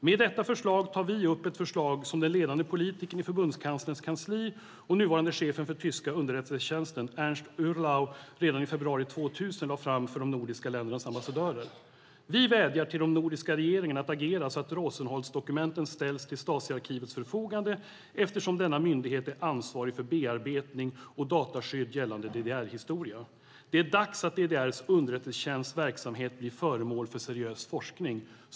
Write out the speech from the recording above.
Med detta manifest tar vi upp ett förslag som den ledande politikern i förbundskanslerns kansli och nuvarande chefen för tyska underrättelsetjänsten Bundesnachrichtendienst Ernst Uhrlau redan i februari 2000 lade fram för de nordiska ländernas ambassadörer. Vi vädjar till de nordiska regeringarna att agera så att Rosenholz-dokumenten ställs till Stasiarkivets förfogande, eftersom denna myndighet är ansvarig för bearbetning och dataskydd gällande DDR-historia. Det är dags att DDR:s underrättelsetjänsts verksamhet blir föremål för seriös forskning."